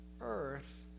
earth